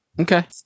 okay